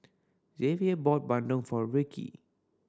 Javier bought bandung for Rikki